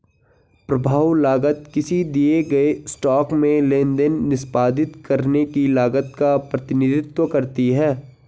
प्रभाव लागत किसी दिए गए स्टॉक में लेनदेन निष्पादित करने की लागत का प्रतिनिधित्व करती है